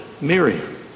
Miriam